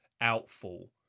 outfall